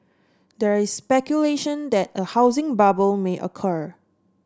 there is speculation that a housing bubble may occur